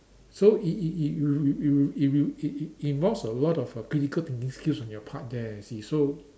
so it it it it you you you if you it it it involves a lot of a critical thinking skills on your part there you see so